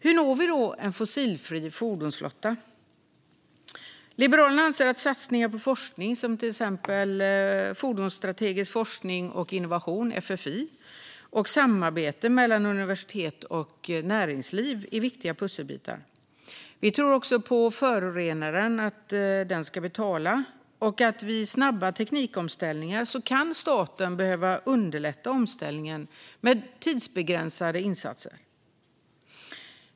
Hur når vi då en fossilfri fordonsflotta? Liberalerna anser att satsningar på forskning - till exempel Fordonsstrategisk forskning och innovation, FFI - och samarbeten mellan universitet och näringsliv är viktiga pusselbitar. Vi tror också på att förorenaren ska betala och att staten vid snabba teknikomställningar kan behöva underlätta omställningen med tidsbegränsade insatser.